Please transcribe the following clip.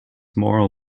moral